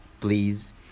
Please